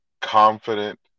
confident